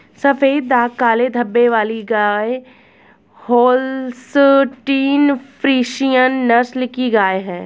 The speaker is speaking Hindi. सफेद दाग काले धब्बे वाली गाय होल्सटीन फ्रिसियन नस्ल की गाय हैं